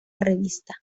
revista